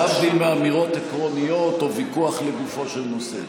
להבדיל מאמירות עקרוניות או ויכוח לגופו של נושא.